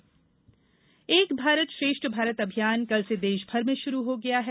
एक भारत श्रेष्ठ भारत एक भारत श्रेष्ठ भारत अभियान कल से देश भर में शुरू हो गया है